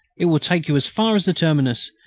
it will take you as far as the terminus,